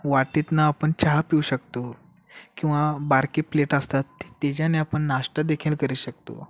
वाटीतून आपण चहा पिऊ शकतो किंवा बारके प्लेट असतात ते त्याच्याने आपण नाश्ता देखील करू शकतो